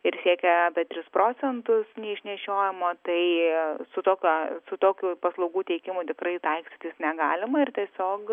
ir siekia apie tris procentus neišnešiojamo tai su tuo ką su tokiu paslaugų teikimu tikrai taikstytis negalima ir tiesiog